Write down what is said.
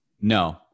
No